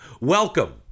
Welcome